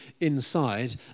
inside